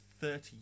thirty